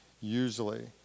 usually